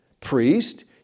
priest